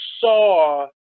saw